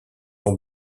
son